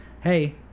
hey